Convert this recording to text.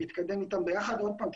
להתקדם איתם ביחד עוד פעם,